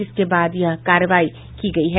जिसके बाद यह कार्रवाई की गयी है